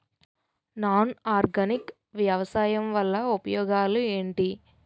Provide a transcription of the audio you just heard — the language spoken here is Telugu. నాన్ ఆర్గానిక్ వ్యవసాయం వల్ల ఉపయోగాలు ఏంటీ?